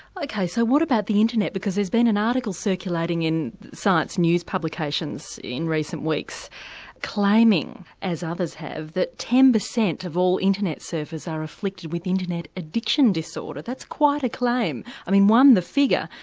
like so what about the internet, because there's been an article circulating in science news publications in recent weeks claiming, as others have, that ten percent of all internet surfers are inflicted with internet addiction disorder. that's quite a claim, i mean one the figure,